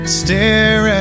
stare